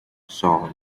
salt